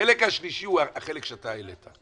החלק השלישי הוא החלק שאתה העלית,